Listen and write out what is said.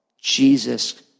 Jesus